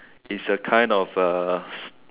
is a kind of uh